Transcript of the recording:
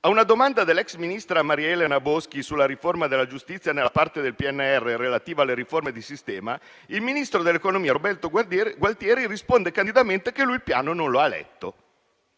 A una domanda dell'ex ministra Maria Elena Boschi sulla riforma della giustizia nella parte del PNRR relativa alle riforme di sistema, il ministro dell'economia Roberto Gualtieri risponde candidamente che lui il piano non lo aveva letto.